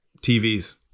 TVs